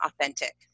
authentic